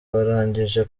barangije